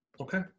Okay